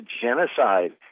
genocide